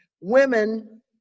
women